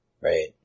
Right